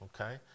okay